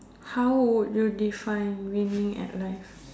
how would you define winning at life